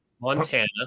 Montana